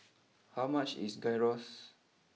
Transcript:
how much is Gyros